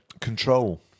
Control